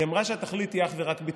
היא אמרה שהתכלית היא אך ורק ביטחונית,